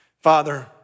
Father